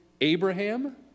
Abraham